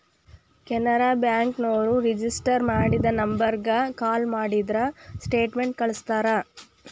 Canara bank ನೋರು register ಮಾಡಿದ ನಂಬರ್ಗ ಕಾಲ ಮಾಡಿದ್ರ ಸ್ಟೇಟ್ಮೆಂಟ್ ಕಳ್ಸ್ತಾರ